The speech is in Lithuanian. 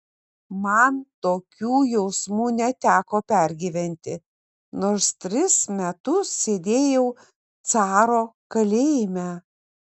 man tokių jausmų neteko pergyventi nors tris metus sėdėjau caro kalėjime